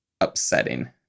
upsetting